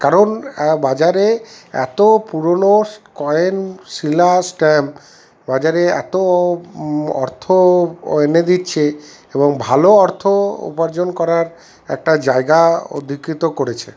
কারণ বাজারে এতো পুরোনো কয়েন শিলা স্ট্যাম্প বাজারে এতো অর্থ এনে দিচ্ছে এবং ভালো অর্থ উপার্জন করার একটা জায়গা অধিকৃত করেছে